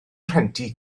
rhentu